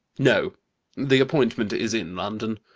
no the appointment is in london.